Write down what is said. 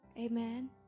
amen